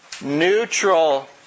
neutral